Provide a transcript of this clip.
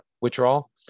withdrawal